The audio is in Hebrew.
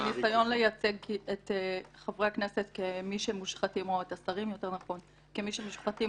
הניסיון לייצג את חברי הכנסת או את השרים יותר נכון כמושחתים,